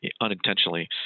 unintentionally